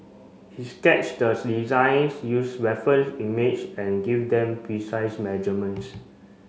he sketch the designs use reference image and give them precise measurements